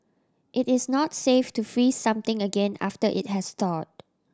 it is not safe to freeze something again after it has thawed